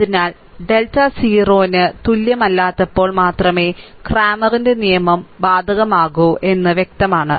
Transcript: അതിനാൽ ഡെൽറ്റ 0 ന് തുല്യമല്ലാത്തപ്പോൾ മാത്രമേ ക്രാമറിന്റെ നിയമം ബാധകമാകൂ എന്ന് വ്യക്തമാണ്